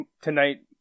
tonight